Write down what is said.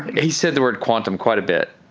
he said the word quantum quite a bit.